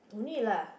no need lah